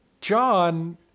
John